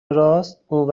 راست، اون